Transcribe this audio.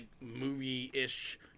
movie-ish